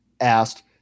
asked